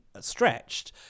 stretched